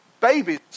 Babies